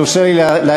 יורשה לי להעיר,